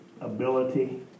ability